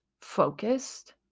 focused